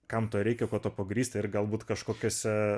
kam to reikia ko tuo pagrįsti ir galbūt kažkokiuose